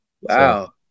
Wow